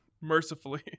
Mercifully